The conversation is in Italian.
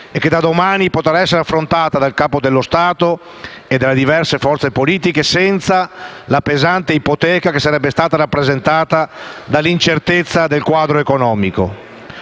e che da domani potrà essere affrontata dal Capo dello Stato e dalle diverse forze politiche senza la pesante ipoteca che sarebbe stata rappresentata dall'incertezza del quadro economico.